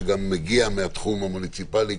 שגם מגיע מהתחום המוניציפלי,